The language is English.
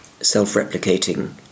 self-replicating